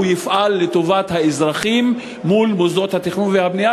יפעל לטובת האזרחים מול מוסדות התכנון והבנייה,